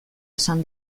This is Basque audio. esan